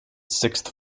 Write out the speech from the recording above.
sixth